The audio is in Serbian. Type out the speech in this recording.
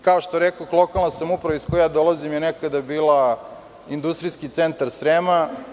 Kao što rekoh, lokalna samouprava iz koje ja dolazim je nekada bila industrijski centar Srema.